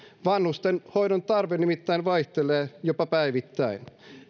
vanhusten hoidontarve nimittäin vaihtelee jopa päivittäin